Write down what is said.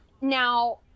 Now